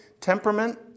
temperament